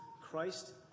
christ